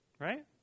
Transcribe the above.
Right